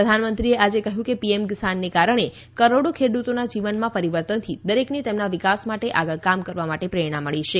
પ્રધાનમંત્રીએ આજે કહ્યું કે પીએમ કિસાનને કારણે કરોડો ખેડૂતોના જીવનમાં પરિવર્તનથી દરેકને તેમના વિકાસ માટે આગળ કામ કરવા પ્રેરણા મળી છે